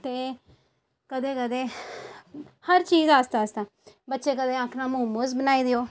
हैना ते कदें कदें हर चीज आस्ता आस्ता बच्चें कदें आखना मोमोज़ बनाई देओ